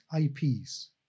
IPs